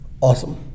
Awesome